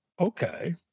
okay